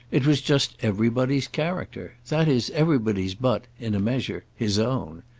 it was just everybody's character that is everybody's but in a measure his own.